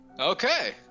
Okay